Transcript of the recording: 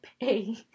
pay